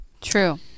true